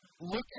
look